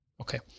Okay